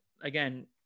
again